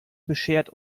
beschert